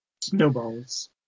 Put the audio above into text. Snowballs